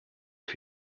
für